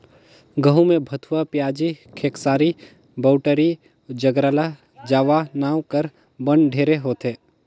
गहूँ में भथुवा, पियाजी, खेकसारी, बउटरी, ज्रगला जावा नांव कर बन ढेरे होथे